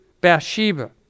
Bathsheba